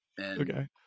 Okay